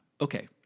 okay